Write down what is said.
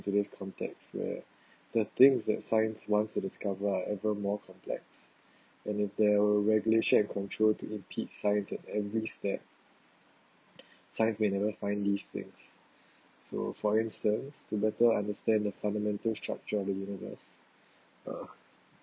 today's context where the things that science wants to discover are ever more complex and if they were regulation and control to impede science in every step science may never find these things so for instance to better understand the fundamental structure of the universe uh